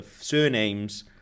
surnames